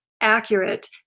accurate